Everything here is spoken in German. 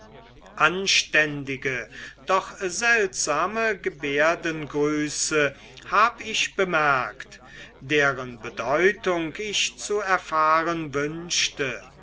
anständige doch seltsame gebärden und grüße hab ich bemerkt deren bedeutung ich zu erfahren wünschte